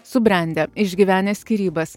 subrendę išgyvenę skyrybas